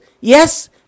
Yes